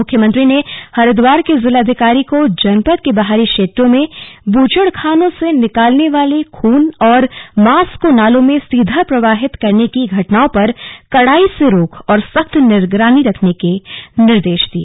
मुख्यमंत्री ने हरिद्वार के जिलाधिकारी को जनपद के बाहरी क्षेत्रों में ब्र्चड़खानों से निकलने वाले खून और मांस को नालों में सीधा प्रवाहित करने की घटनाओं पर कड़ाई से रोक और सख्त निगरानी रखने के निर्देश दिए